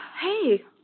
Hey